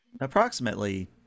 approximately